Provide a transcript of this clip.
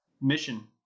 mission